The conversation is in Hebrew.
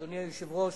אדוני היושב-ראש,